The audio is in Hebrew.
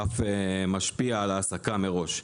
אף משפיע על ההעסקה מראש.